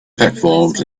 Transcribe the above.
platforms